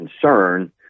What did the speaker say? concern